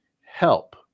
help